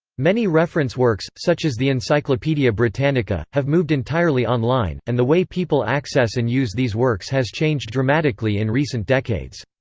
many reference works, such as the encyclopaedia britannica, have moved entirely online, and the way people access and use these works has changed dramatically in recent decades.